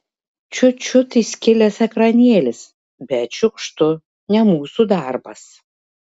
čiut čiut įskilęs ekranėlis bet šiukštu ne mūsų darbas